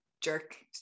jerk